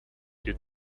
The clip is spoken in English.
did